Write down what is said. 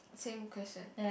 same question